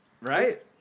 right